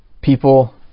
People